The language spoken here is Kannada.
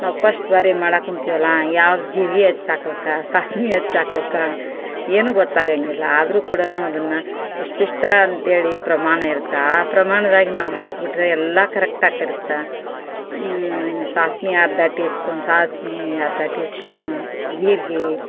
ನಾವು ಪಶ್ಟ್ ಬಾರಿ ಮಾಡೋಕ್ ಕುಂತೀವಲ್ಲಾ ಯಾವ್ದು ಜೀರ್ಗೆ ಹೆಚ್ ಹಾಕ್ಬೇಕ ಸಾಸಿವೆ ಹೆಚ್ ಹಾಕ್ಬೇಕ ಏನು ಗೊತ್ತಾಗೋಂಗಿಲ್ಲ ಆದ್ರೂ ಕೂಡ ಅದನ್ನು ಇಷ್ಟು ಇಷ್ಟಾ ಅಂತೇಳಿ ಪ್ರಮಾಣ ಇರುತ್ತೆ ಆ ಪ್ರಮಾಣ್ದಾಗೆ ನಾವು ಹಾಕಿಬಿಟ್ರೆ ಎಲ್ಲ ಕರೆಕ್ಟ್ ಆಗಿರುತ್ತೆ ಸಾಸ್ವೆ ಅರ್ಧ ಟೀ ಸ್ಪೂನ್ ಸಾಸ್ವೇ ಅರ್ಧ ಟೀ ಸ್ಪೂನು ಜೀರ್ಗೆ